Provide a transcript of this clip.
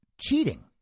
cheating